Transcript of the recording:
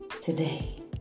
today